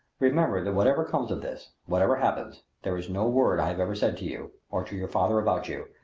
remember that whatever comes of this whatever happens there is no word i have ever said to you, or to your father about you,